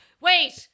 Wait